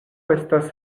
estas